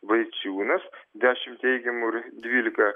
vaičiūnas dešim teigiamų ir dvylika